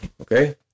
okay